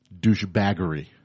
douchebaggery